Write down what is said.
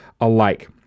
alike